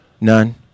None